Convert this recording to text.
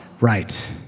Right